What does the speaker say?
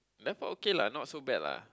airport okay lah not so bad lah